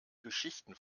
geschichten